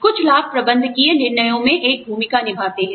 कुछ लाभ प्रबंधकीय निर्णयों में एक भूमिका निभाते हैं